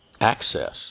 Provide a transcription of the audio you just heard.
access